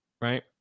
Right